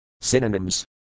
Synonyms